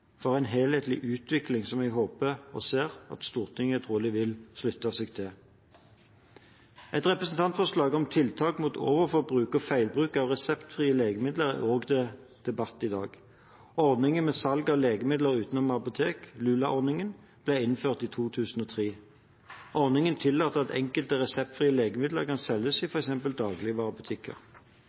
for en helhetlig utvikling, som jeg håper – og ser – at Stortinget vil slutte seg til. Et representantforslag om tiltak mot overforbruk og feilbruk av reseptfrie legemidler er også til debatt i dag. Ordningen med salg av legemidler utenom apotek, LUA-ordningen, ble innført i 2003. Ordningen tillater at enkelte reseptfrie legemidler kan selges i f.eks. dagligvarebutikker.